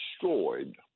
destroyed